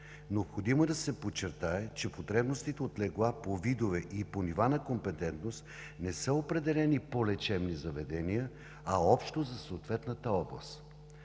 Необходимо е да се подчертае, че потребностите от легла по видове и по нива на компетентност не са определени по лечебни заведения, а общо за съответната област.